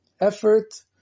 effort